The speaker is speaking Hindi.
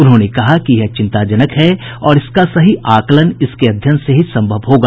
उन्होंने कहा कि यह चिंताजनक है और इसका सही आकलन इसके अध्ययन से ही सम्भव होगा